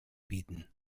bieten